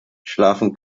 schlafen